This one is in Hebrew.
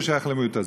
וזה שייך למיעוט הזה.